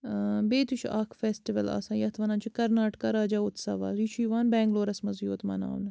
ٲں بیٚیہِ تہِ چھُ اَکھ فیٚسٹِوَل آسان یَتھ وَنان چھِ کَرناٹکہ راجیٛوتسوا یہِ چھُ یِوان بیٚنٛگلورَس منٛزٕے یوت مَناونہٕ